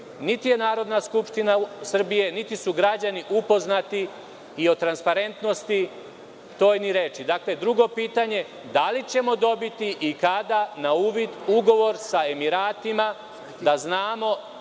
Niti je Narodna skupština Srbije, niti su građani upoznati i o transparentnosti toj ni reči. Dakle, drugo pitanje – da li ćemo dobiti i kada na uvid ugovor sa Emiratima, da znamo